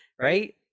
right